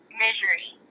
misery